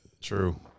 True